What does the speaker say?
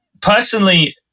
personally